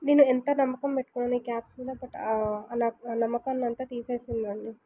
నేను ఎంత నమ్మకం పెట్టుకున్నాను ఈ క్యాబ్స్ మీద బట్ ఆ నమ్మకాన్ని అంతా తీసేసింది అండి